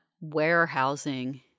Warehousing